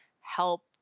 help